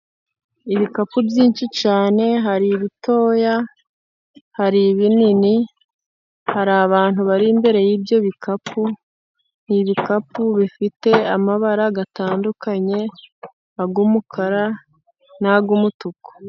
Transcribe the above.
Ibikapu byinshi cyane, hari ibitoya hari ibinini. Hari abantu bari imbere y'ibyo bikapu, ni ibikapu bifite amabara atandukanye ay'umukara n'ay umutuku.